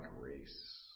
grace